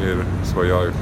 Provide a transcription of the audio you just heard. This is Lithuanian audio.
ir svajoju